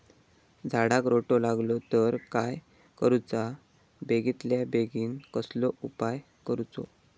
झाडाक रोटो लागलो तर काय करुचा बेगितल्या बेगीन कसलो उपाय करूचो?